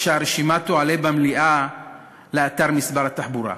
שהרשימה תועלה במלואה לאתר משרד התחבורה.